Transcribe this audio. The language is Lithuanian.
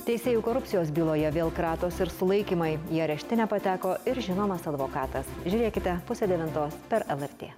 teisėjų korupcijos byloje vėl kratos ir sulaikymai į areštinę pateko ir žinomas advokatas žiūrėkite pusę devintos per lrt